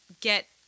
get